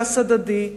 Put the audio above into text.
כעס הדדי,